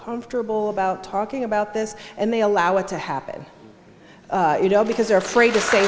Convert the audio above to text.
comfortable about talking about this and they allow it to happen you know because they're afraid